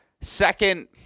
Second –